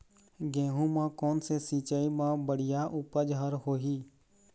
गेहूं म कोन से सिचाई म बड़िया उपज हर होही?